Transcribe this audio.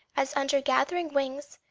as under gathering wings,